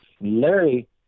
Larry